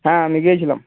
হ্যাঁ আমি গিয়েছিলাম